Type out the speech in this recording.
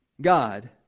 God